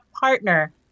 partner